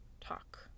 talk